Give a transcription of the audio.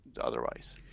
otherwise